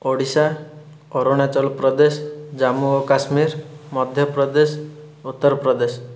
ଓଡ଼ିଶା ଅରୁଣାଞ୍ଚଳ ପ୍ରଦେଶ ଜାମ୍ମୁ ଓ କାଶ୍ମୀର ମଧ୍ୟପ୍ରଦେଶ ଉତ୍ତରପ୍ରଦେଶ